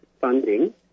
funding